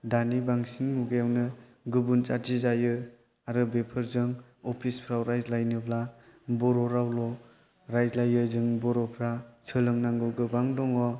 दानि बांसिन मुगायावनो गुबुन जाति जायो आरो बेफोरजों अफिस फोराव रायज्लायनोब्ला बर' रावल' रायज्लायो जों बर'फोरा सोलोंनांगौ गोबां दङ